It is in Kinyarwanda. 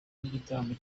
n’igitaramo